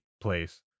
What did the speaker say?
place